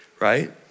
right